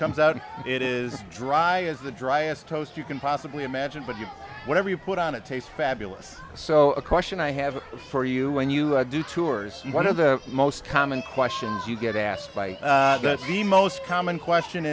comes out it is dry is the driest toast you can possibly imagine but you whatever you put on it taste fabulous so a question i have for you when you do tours one of the most common questions you get asked by the most common question